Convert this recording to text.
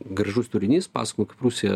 gražus turinys pasakojama kaip rusija